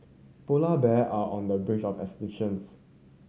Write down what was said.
polar bear are on the of